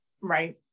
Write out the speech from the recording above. Right